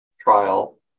trial